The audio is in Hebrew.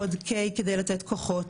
קוד K כדי לתת כוחות.